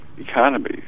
economy